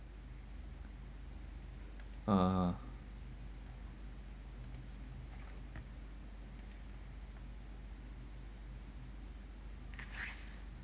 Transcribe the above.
ah